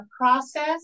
process